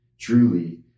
truly